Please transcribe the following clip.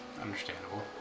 Understandable